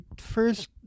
first